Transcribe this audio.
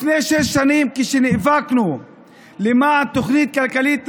לפני שש שנים, כשנאבקנו למען התוכנית הכלכלית 922,